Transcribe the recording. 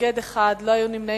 מתנגד אחד, לא היו נמנעים.